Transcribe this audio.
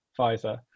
Pfizer